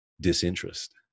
disinterest